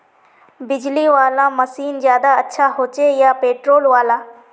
बिजली वाला मशीन ज्यादा अच्छा होचे या पेट्रोल वाला?